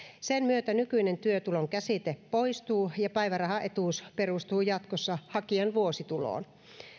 sen myötä nykyinen työtulon käsite poistuu ja päivärahaetuus perustuu jatkossa hakijan vuosituloon